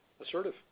assertive